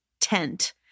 tent